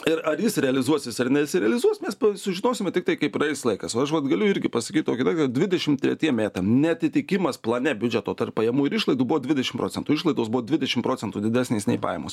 ir ar jis realizuosis ar nesirealizuos mes sužinosime tiktai kai praeis laikas va aš vat galiu irgi pasakyt tokį daiktą dvidešim tretiem metam neatitikimas plane biudžeto tarp pajamų ir išlaidų buvo dvidešim procentų išlaidos buvo dvidešim procentų didesnės nei pajamos